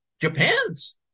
Japan's